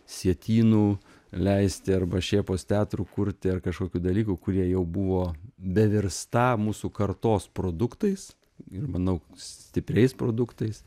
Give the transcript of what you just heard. sietynų leisti arba šėpos teatrų kurti ar kažkokių dalykų kurie jau buvo bevirstą mūsų kartos produktais ir manau stipriais produktais